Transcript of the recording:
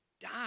die